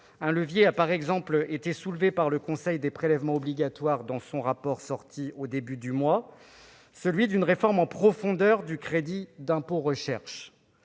Un levier a été identifié par le Conseil des prélèvements obligatoires, dans son rapport sorti au début du mois, celui d'une réforme en profondeur du crédit d'impôt recherche.